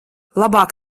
labāk